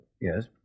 Yes